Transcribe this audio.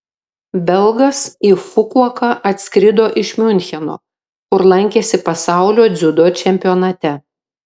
belgas į fukuoką atskrido iš miuncheno kur lankėsi pasaulio dziudo čempionate